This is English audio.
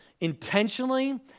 intentionally